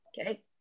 Okay